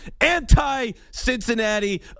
Anti-Cincinnati